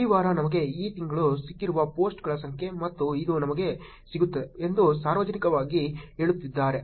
ಈ ವಾರ ನಮಗೆ ಈ ತಿಂಗಳು ಸಿಕ್ಕಿರುವ ಪೋಸ್ಟ್ಗಳ ಸಂಖ್ಯೆ ಮತ್ತು ಇದು ನಮಗೆ ಸಿಗುತ್ತದೆ ಎಂದು ಸಾರ್ವಜನಿಕವಾಗಿ ಹೇಳುತ್ತಿದ್ದಾರೆ